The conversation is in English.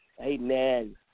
Amen